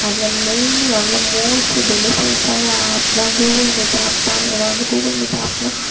அதில் மெயினு நல்ல மோஸ்ட் பெனிஃபிட்ஸான ஆப்னால் கூகுள் மீட் ஆப் தான் ஏன்னால் கூகுள் மீட் ஆப்னால்